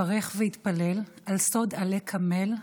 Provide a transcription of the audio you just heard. ברך והתפלל / על סוד עלה קמל,